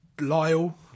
Lyle